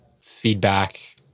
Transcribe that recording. feedback